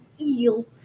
eel